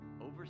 over